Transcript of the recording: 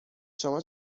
شما